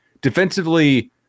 defensively